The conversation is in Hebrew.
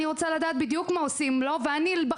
אני רוצה לדעת בדיוק מה עושים לו ובחיים